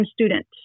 student